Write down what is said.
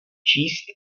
číst